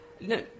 No